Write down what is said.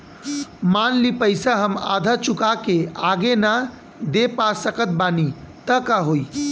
मान ली पईसा हम आधा चुका के आगे न दे पा सकत बानी त का होई?